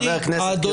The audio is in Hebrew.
חברת הכנסת לסקי,